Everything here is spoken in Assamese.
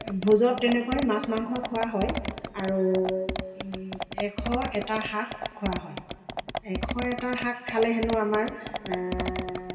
ভোজত তেনেকৈ মাছ মাংস খোৱা হয় আৰু এশ এটা শাক খোৱা হয় এশ এটা শাক খালে হেনো আমাৰ